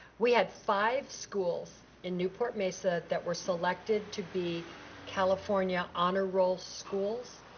we had five schools in newport-mesa that were selected to be california honor roll schools.